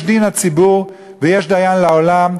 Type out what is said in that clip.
יש דין הציבור ויש דיין לעולם,